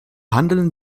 handeln